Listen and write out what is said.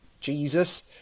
jesus